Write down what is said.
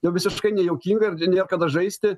jau visiškai nejuokinga nėr kada žaisti